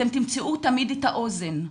אתם תמצאו תמיד את האוזן.